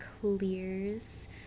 clears